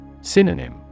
Synonym